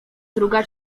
druga